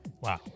Wow